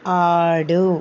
ఆడు